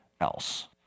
else